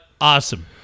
Awesome